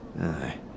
Aye